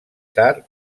tard